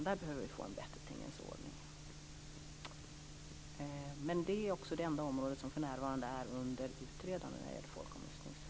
Där behöver vi få en bättre tingens ordning. Men detta är också det enda område som för närvarande är under utredande när det gäller folkomröstningsfrågor.